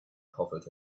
profit